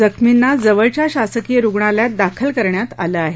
जखमींना जवळच्या शासकीय रुग्णालयात दाखल करण्यात आलं आहे